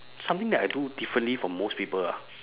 something that I do differently from most people ah